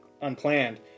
unplanned